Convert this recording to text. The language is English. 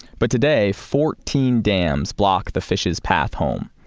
but today, fourteen dams block the fishes' path home.